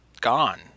gone